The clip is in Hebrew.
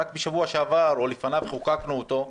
רק בשבוע שעבר או לפניו חוקקנו אותו,